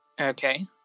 Okay